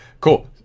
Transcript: cool